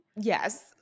Yes